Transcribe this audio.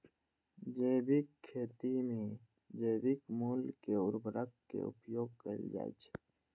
जैविक खेती मे जैविक मूल के उर्वरक के उपयोग कैल जाइ छै